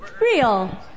Real